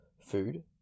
food